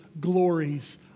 glories